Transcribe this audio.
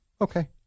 okay